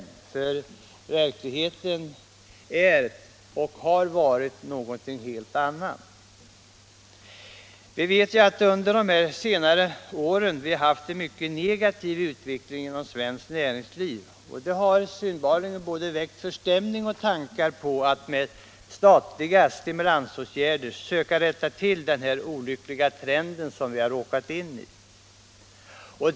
Verkligheten är och har varit något helt annat. Vi har under senare år haft en mycket negativ utveckling inom svenskt näringsliv. Det har synbarligen väckt både förstämning och tankar på att med statliga stimulansåtgärder söka rätta till den olyckliga trend som vi råkat in i.